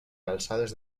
alçades